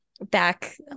back